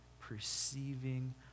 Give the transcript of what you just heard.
perceiving